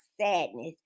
sadness